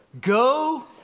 Go